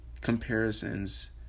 comparisons